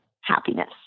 happiness